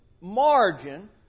margin